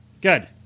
Good